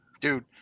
Dude